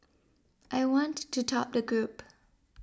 I want to top the group